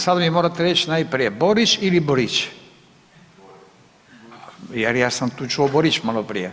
Sada mi morate reći najprije Borić ili Borić jer ja sam tu čuo Borić malo prije.